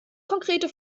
konkrete